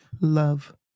love